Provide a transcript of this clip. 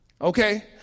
Okay